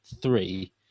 three